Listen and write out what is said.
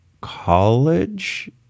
college